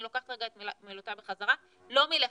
אני לוקחת רגע את מילותיי בחזרה, לא מלכתחילה,